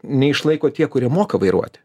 neišlaiko tie kurie moka vairuoti